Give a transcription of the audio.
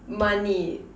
money